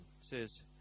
says